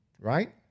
Right